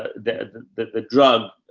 the, the, the drug,